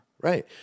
Right